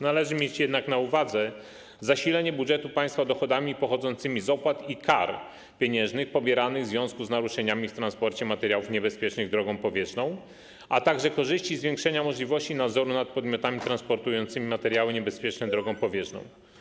Należy mieć jednak na uwadze zasilenie budżetu państwa dochodami pochodzącymi z opłat i kar pieniężnych pobieranych w związku z naruszeniami w transporcie materiałów niebezpiecznych drogą powietrzną, a także korzyści zwiększenia możliwości nadzoru nad podmiotami transportującymi materiały niebezpieczne drogą powietrzną.